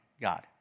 God